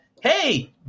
hey